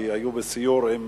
כי היו בסיור עם